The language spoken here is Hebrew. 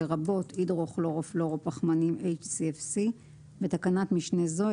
לרבות הידרו-כלורו-פלואורו-פחמנים (HCFC) (בתקנת משנה זו,